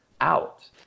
out